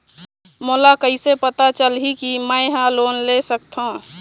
मोला कइसे पता चलही कि मैं ह लोन ले सकथों?